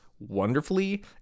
wonderfully